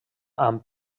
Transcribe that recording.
amb